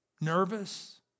nervous